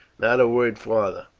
not a word farther!